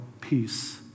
peace